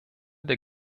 der